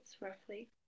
roughly